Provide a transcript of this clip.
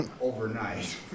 overnight